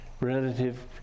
relative